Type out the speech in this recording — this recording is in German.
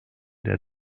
der